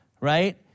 right